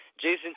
Jason